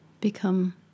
become